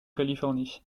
californie